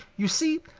you see,